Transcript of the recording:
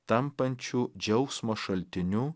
tampančiu džiaugsmo šaltiniu